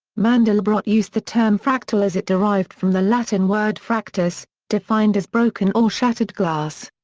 mandelbrot used the term fractal as it derived from the latin word fractus, defined as broken or shattered glass.